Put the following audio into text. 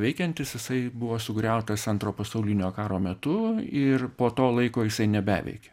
veikiantis jisai buvo sugriautas antro pasaulinio karo metu ir po to laiko jisai nebeveikia